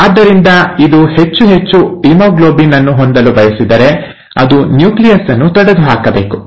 ಆದ್ದರಿಂದ ಇದು ಹೆಚ್ಚು ಹೆಚ್ಚು ಹಿಮೋಗ್ಲೋಬಿನ್ ಅನ್ನು ಹೊಂದಲು ಬಯಸಿದರೆ ಅದು ನ್ಯೂಕ್ಲಿಯಸ್ ಅನ್ನು ತೊಡೆದುಹಾಕಬೇಕು